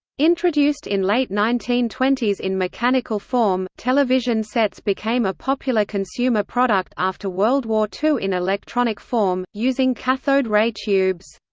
introduced in late nineteen twenty in mechanical form, television sets became a popular consumer product after world war ii in electronic form, using cathode ray tubes.